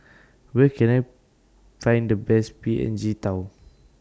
Where Can I Find The Best P N G Tao